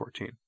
14